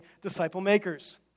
disciple-makers